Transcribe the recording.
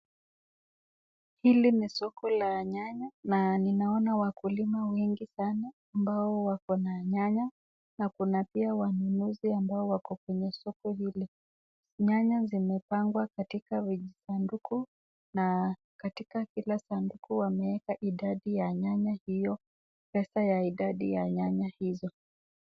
Hili ni soko la nyanya na naona wakulima wengi sana ambao wako na nyanya na kuna pia wanunuzi ambao wako kwenye soko hili, nyanya zimepangwa katika visanduku na katika kila sanduku wameeka idadi ya nanya iyo pesa za idadi ya nyanya izo.